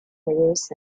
minerals